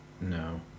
no